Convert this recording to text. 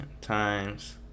times